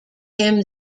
him